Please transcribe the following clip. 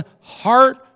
heart